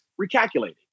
recalculating